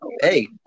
hey